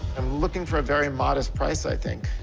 i'm looking for a very modest price, i think.